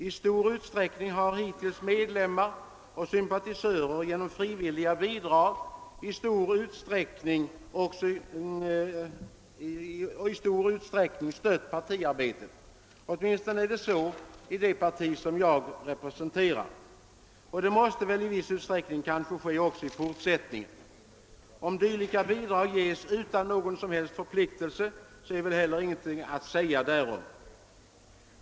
I stor utsträckning har hittills medlemmar och sympatisörer genom frivilliga bidrag stött partiarbetet — åtminstone är det fallet i det parti som jag representerar — och det måste väl i viss omfattning förekomma också i fortsättningen. Om dylika bidrag ges utan någon som helst förpliktelse är väl heller ingenting att säga därom.